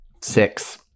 Six